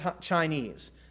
Chinese